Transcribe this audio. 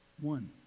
one